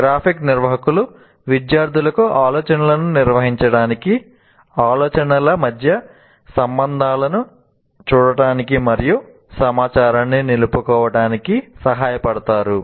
graphic నిర్వాహకులు విద్యార్థులకు ఆలోచనలను నిర్వహించడానికి ఆలోచనల మధ్య సంబంధాలను చూడటానికి మరియు సమాచారాన్ని నిలుపుకోవటానికి సహాయపడతారు